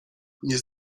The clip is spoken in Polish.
nie